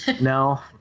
No